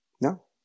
No